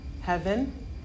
heaven